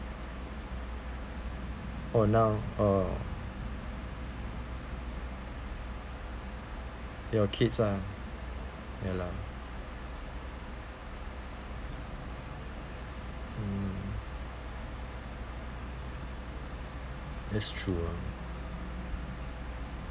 oh now orh your kids lah ya lah mm that's true ah